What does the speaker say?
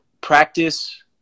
Practice